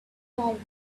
tolerable